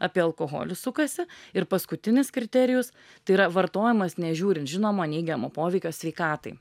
apie alkoholį sukasi ir paskutinis kriterijus tai yra vartojimas nežiūrint žinomo neigiamo poveikio sveikatai